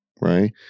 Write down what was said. right